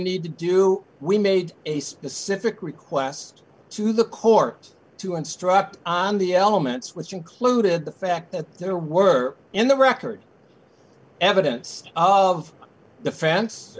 need to do we made a specific request to the court to instruct on the elements which included the fact that there were in the record evidence of the fence